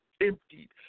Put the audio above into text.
emptied